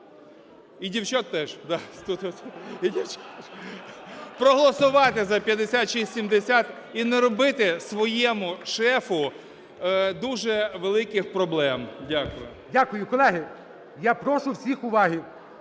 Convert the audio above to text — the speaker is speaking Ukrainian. і дівчат теж – проголосувати за 5670 і не робити своєму шефу дуже великих проблем. Дякую. ГОЛОВУЮЧИЙ. Дякую. Колеги, я прошу всіх уваги!